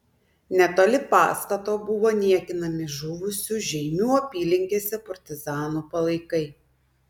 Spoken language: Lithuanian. netoli pastato buvo niekinami žuvusių žeimių apylinkėse partizanų palaikai